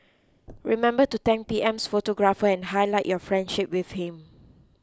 remember to thank P M's photographer and highlight your friendship with him